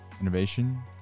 innovation